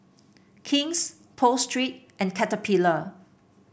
King's Pho Street and Caterpillar